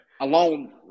Alone